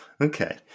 Okay